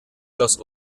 los